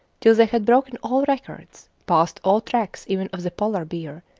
till they had broken all records, passed all tracks even of the polar bear,